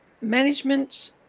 Management